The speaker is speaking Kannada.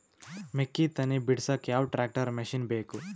ಮೆಕ್ಕಿ ತನಿ ಬಿಡಸಕ್ ಯಾವ ಟ್ರ್ಯಾಕ್ಟರ್ ಮಶಿನ ಬೇಕು?